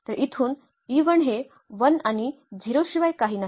तर इथून हे 1 आणि 0 शिवाय काही नाही